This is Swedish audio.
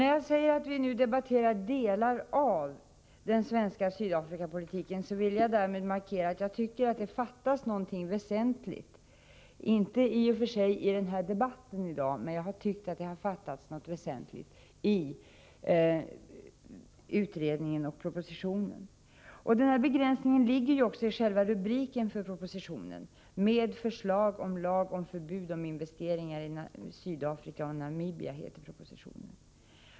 När jag säger att vi nu debatterar ”delar av” den svenska Sydafrikapolitiken vill jag därmed markera att jag tycker att det fattas något väsentligt — inte i och för sig i debatten, utan i utredningen och propositionen. Denna begränsning ligger också i själva rubriken för propositionen — förslag till lag om förbud mot investeringar i Sydafrika och Namibia.